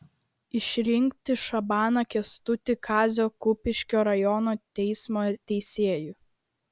išrinkti šabaną kęstutį kazio kupiškio rajono teismo teisėju